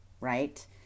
right